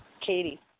Katie